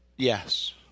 Yes